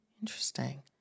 Interesting